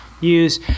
use